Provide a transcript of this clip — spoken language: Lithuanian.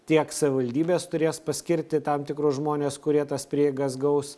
tiek savivaldybės turės paskirti tam tikrus žmones kurie tas prieigas gaus